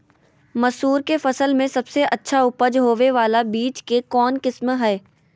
मसूर के फसल में सबसे अच्छा उपज होबे बाला बीज के कौन किस्म हय?